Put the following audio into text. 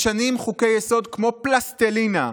משנים חוקי-יסוד כמו פלסטלינה,